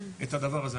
את הדבר הזה.